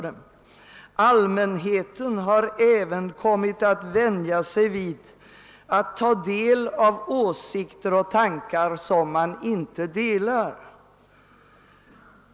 Allmänheten har även kommit att vänja sig vid att ta del av åsikter och tankar, som man inte delar.